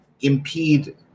impede